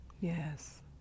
yes